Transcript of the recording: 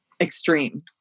extreme